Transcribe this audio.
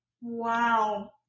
Wow